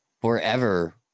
Forever